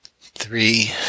Three